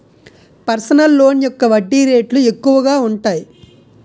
personal loan యొక్క వడ్డీ రేట్లు ఎక్కువగా ఉంటాయి